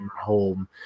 home